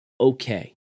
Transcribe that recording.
okay